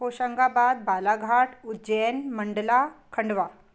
Hoshangabad Balaghat Ujjain Mandla Khandwa